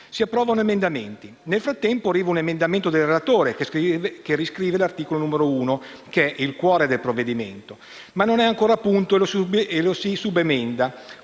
si approvano emendamenti. Intanto, arriva un emendamento del relatore che riscrive l'articolo 1, che è il cuore del provvedimento; ma non è ancora a punto, e lo si subemenda.